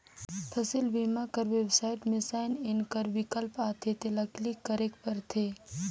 फसिल बीमा कर बेबसाइट में साइन इन कर बिकल्प आथे तेला क्लिक करेक परथे